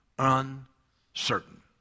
Uncertain